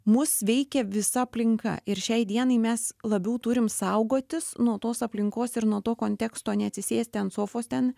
mus veikia visa aplinka ir šiai dienai mes labiau turim saugotis nuo tos aplinkos ir nuo to konteksto neatsisėsti ant sofos ten